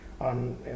on